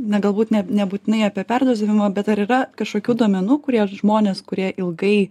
na galbūt ne nebūtinai apie perdavimo bet ar yra kašokių duomenų kurie žmonės kurie ilgai